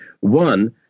one